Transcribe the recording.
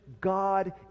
God